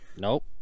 nope